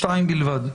שתיים בלבד.